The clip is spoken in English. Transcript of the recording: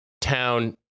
town